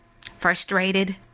frustrated